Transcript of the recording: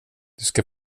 ska